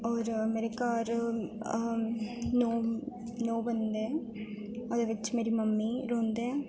होर मेरे घर नौ नौ बंदे ओह्दे बिच्च मेरी मम्मी रौंह्दे न